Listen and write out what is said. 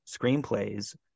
screenplays